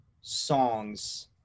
songs